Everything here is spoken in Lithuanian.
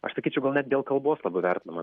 aš sakyčiau gal net dėl kalbos labiau vertinama